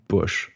Bush